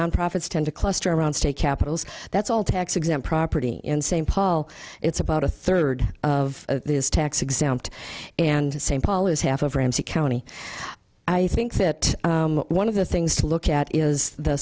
nonprofits tend to cluster around state capitals that's all tax exempt property in st paul it's about a third of this tax exempt and st paul is half of ramsey county i think that one of the things to look at is the